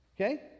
Okay